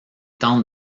tente